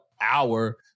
hour